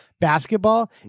basketball